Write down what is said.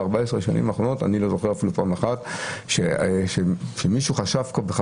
ב-14 השנים האחרונות אני לא זוכר אפילו פעם אחת שמישהו מחברי